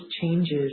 changes